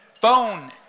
phone